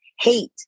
hate